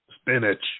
Spinach